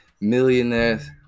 millionaires